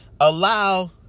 allow